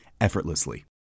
effortlessly